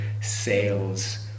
sales